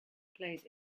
plays